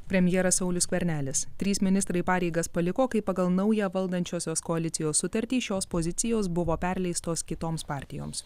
premjeras saulius skvernelis trys ministrai pareigas paliko kai pagal naują valdančiosios koalicijos sutartį šios pozicijos buvo perleistos kitoms partijoms